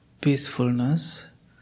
peacefulness